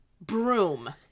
broom